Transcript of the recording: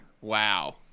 Wow